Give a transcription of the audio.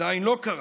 עדיין לא קרה.